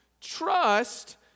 Trust